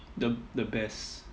the the best